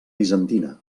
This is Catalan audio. bizantina